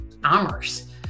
commerce